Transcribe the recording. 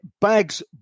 bags